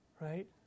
Right